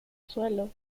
suelo